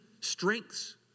strengths